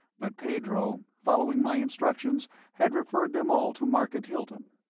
but pedro, following my instructions, had referred them all to market hilton.